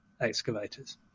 excavators